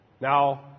Now